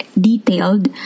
detailed